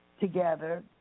together